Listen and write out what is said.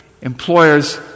employers